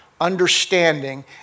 understanding